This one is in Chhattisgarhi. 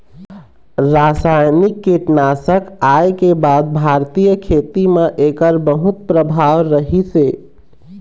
रासायनिक कीटनाशक आए के बाद भारतीय खेती म एकर बहुत प्रभाव रहीसे